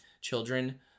children